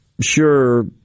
sure